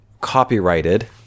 copyrighted